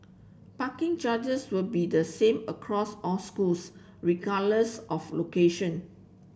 parking charges will be the same across all schools regardless of location